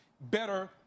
better